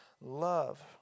love